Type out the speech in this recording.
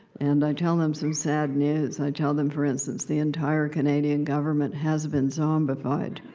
and i tell them some sad news. i tell them, for instance, the entire canadian government has been zombified.